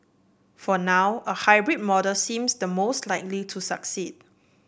for now a hybrid model seems the most likely to succeed